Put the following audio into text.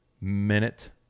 minute